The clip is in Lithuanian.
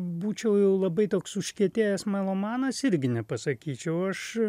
būčiau jau labai toks užkietėjęs melomanas irgi nepasakyčiau aš